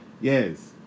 Yes